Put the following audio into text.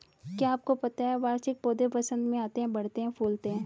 क्या आपको पता है वार्षिक पौधे वसंत में आते हैं, बढ़ते हैं, फूलते हैं?